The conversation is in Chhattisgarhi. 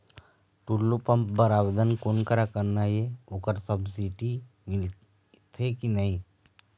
टुल्लू पंप बर आवेदन कोन करा करना ये ओकर सब्सिडी मिलथे की नई?